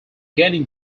gaining